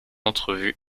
entrevue